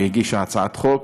שהגישה הצעת חוק.